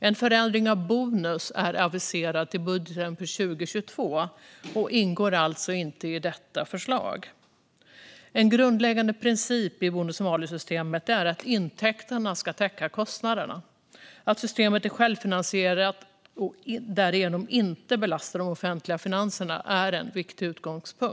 En förändring av bonus är aviserad till budgeten för 2022 och ingår alltså inte i detta förslag. En grundläggande princip i bonus-malus-systemet är att intäkterna ska täcka kostnaderna. Att systemet är självfinansierat och därigenom inte belastar de offentliga finanserna är en viktig utgångspunkt.